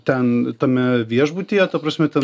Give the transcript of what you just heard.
ten tame viešbutyje ta prasme ten